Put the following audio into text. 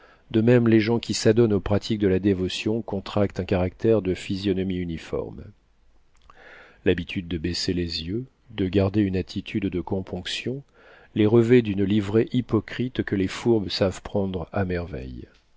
de même les gens qui s'adonnent aux pratiques de la dévotion contractent un caractère de physionomie uniforme l'habitude de baisser les yeux de garder une attitude de componction les revêt d'une livrée hypocrite que les fourbes savent prendre à merveille